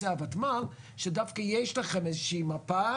הוותמ"ל שדווקא יש לכם איזו שהיא מפה,